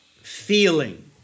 feeling